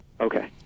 Okay